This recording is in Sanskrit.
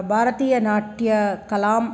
भारतीयनाट्यकलां